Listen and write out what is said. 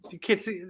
Kids